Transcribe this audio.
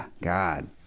God